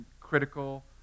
critical